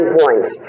points